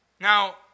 Now